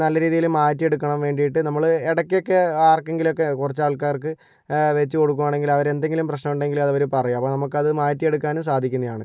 നല്ല രീതിയില് മാറ്റി എടുക്കാൻ വേണ്ടീട്ട് നമ്മള് ഇടയ്ക്കൊക്കെ ആർക്കെങ്കിലുമൊക്കെ കുറച്ചാൾക്കാർക്ക് വെച്ചു കൊടുക്കുകയാണെങ്കില് അവരെന്തെങ്കിലും പ്രശ്നമുണ്ടെങ്കില് അതവർ പറയും അപ്പോൾ നമുക്കത് മാറ്റി എടുക്കാനും സാധിക്കുന്നതാണ്